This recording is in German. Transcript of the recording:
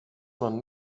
man